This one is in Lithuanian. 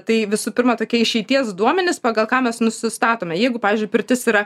tai visų pirma tokie išeities duomenis pagal ką mes nusistatome jeigu pavyzdžiui pirtis yra